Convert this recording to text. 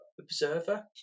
Observer